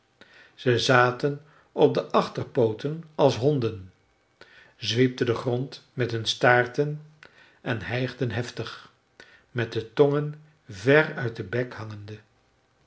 ze zaten op de achterpooten als honden zwiepten den grond met hun staarten en hijgden heftig met de tongen ver uit den bek hangende